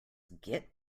git